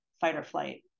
fight-or-flight